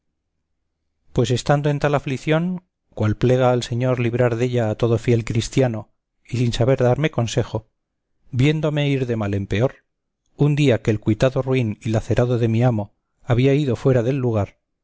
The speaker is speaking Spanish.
pues estando en tal aflición cual plega al señor librar della a todo fiel cristiano y sin saber darme consejo viéndome ir de mal en peor un día que el cuitado ruin y lacerado de mi amo había ido fuera del lugar